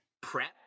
prep